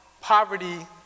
poverty